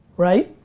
right?